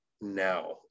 now